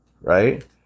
right